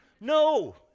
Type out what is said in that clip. No